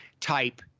type